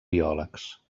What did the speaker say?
biòlegs